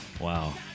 Wow